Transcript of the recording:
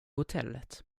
hotellet